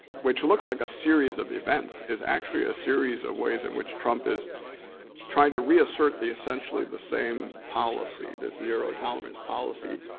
which looks like a series of events is actually of ah series of ways in which trump is trying to reassert the essentially the same policy, this zero tolerance policy.